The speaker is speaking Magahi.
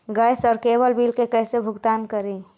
गैस और केबल बिल के कैसे भुगतान करी?